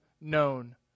known